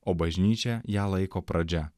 o bažnyčia ją laiko pradžia